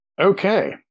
Okay